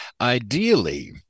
Ideally